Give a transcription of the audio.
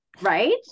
Right